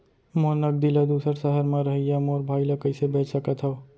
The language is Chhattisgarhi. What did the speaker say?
मोर नगदी ला दूसर सहर म रहइया मोर भाई ला कइसे भेज सकत हव?